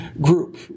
group